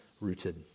rooted